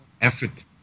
effort